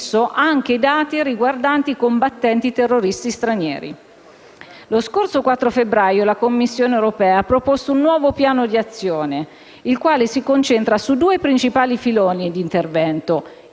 anche i dati riguardanti i combattenti terroristi stranieri. Lo scorso 4 febbraio, la Commissione europea ha proposto un nuovo piano di azione, il quale si concentra su due principali filoni d'intervento: